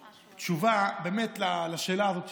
על תשובה על השאלה הזאת,